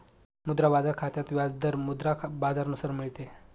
मुद्रा बाजार खात्यात व्याज दर मुद्रा बाजारानुसार मिळते